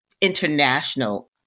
international